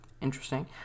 Interesting